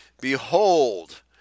Behold